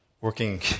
Working